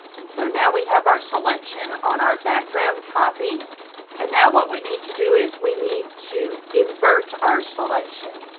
and so now we have our selection on our background copy and now what we need to do is we need to invert our selection